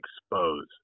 expose